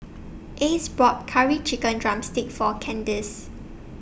Ace bought Curry Chicken Drumstick For Candice